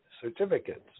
certificates